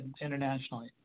internationally